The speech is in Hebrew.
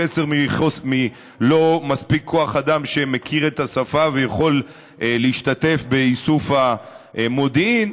חלק מלא מספיק כוח אדם שמכיר את השפה ויכול להשתתף באיסוף המודיעין.